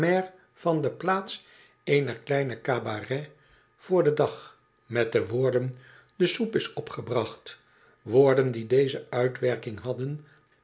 van de plaats eener kleine cabaret voor den dag met de woorden de soep is opgebracht woorden die deze uitwerking hadden